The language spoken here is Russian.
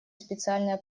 специальное